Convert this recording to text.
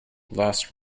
lost